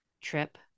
trip